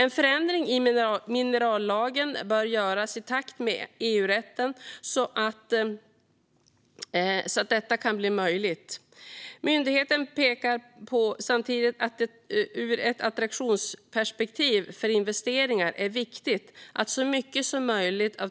En förändring i minerallagen bör göras i takt med EU-rätten så att detta kan bli möjligt. Myndigheten påpekar samtidigt att det ur ett attraktivitetsperspektiv för investeringar är viktigt att så mycket som möjligt av